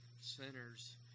sinners